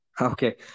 Okay